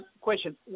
question